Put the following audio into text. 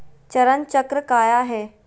चरण चक्र काया है?